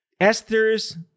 Esther's